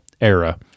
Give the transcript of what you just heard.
era